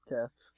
cast